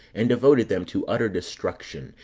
and devoted them to utter destruction,